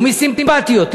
ומי סימפתי יותר.